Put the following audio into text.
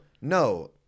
No